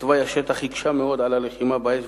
תוואי השטח הקשה מאוד את הלחימה באש,